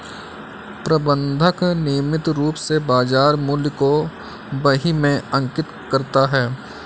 प्रबंधक नियमित रूप से बाज़ार मूल्य को बही में अंकित करता है